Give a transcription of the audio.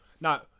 Now